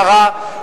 קצרה,